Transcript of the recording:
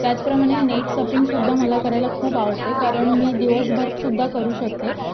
त्याच प्रमाणे नेट सफिंगसुद्धा मला करायला खूप आवडते कारण मी दिवसभर सुद्धा करू शकते